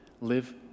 live